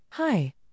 Hi